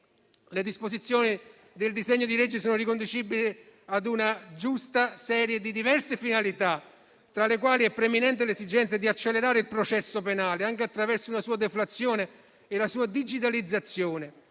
Le disposizioni del disegno di legge sono riconducibili ad una giusta serie di diverse finalità, tra le quali è preminente l'esigenza di accelerare il processo penale anche attraverso una sua deflazione e la sua digitalizzazione,